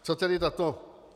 Co tedy tato...